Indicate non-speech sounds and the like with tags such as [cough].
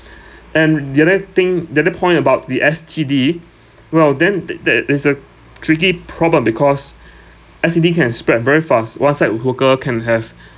[breath] and the other thing the other point about the S_T_D well then tha~ that is a tricky problem because [breath] S_T_D can spread very fast whatsapp hooker can have [breath]